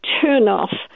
turnoff